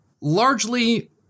largely